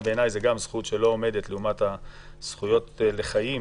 בעיניי, זאת גם זכות שלא עומדת לעומת הזכות לחיים